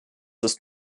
ist